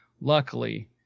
Luckily